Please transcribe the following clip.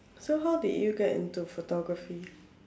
so how did you get into photography